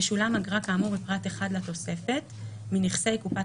התשל"ג-1973 תשולם אגרה כאמור בפרט (1) לתוספת מנכסי קופת